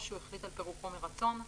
או שהוא החליט על פירוקו מרצון.